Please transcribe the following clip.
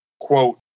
quote